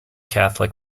catholic